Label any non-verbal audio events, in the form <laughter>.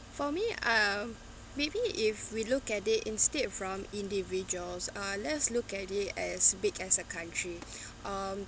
for me uh maybe if we look at it instead from individuals uh let's look at it as big as a country <breath> um